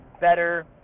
better